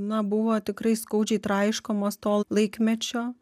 na buvo tikrai skaudžiai traiškomos to laikmečio